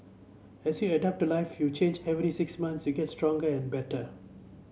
as you adapt to life you change every six months you get stronger and better